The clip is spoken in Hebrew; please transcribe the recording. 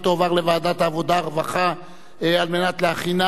ותועבר לוועדת העבודה והרווחה על מנת להכינה